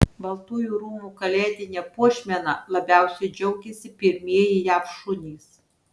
baltųjų rūmų kalėdine puošmena labiausiai džiaugiasi pirmieji jav šunys